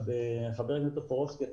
חבר הכנסת טופורובסקי,